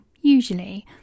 usually